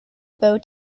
bow